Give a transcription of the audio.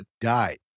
died